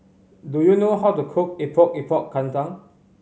do you know how to cook Epok Epok Kentang